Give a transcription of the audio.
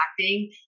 acting